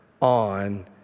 on